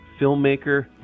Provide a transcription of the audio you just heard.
Filmmaker